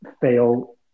fail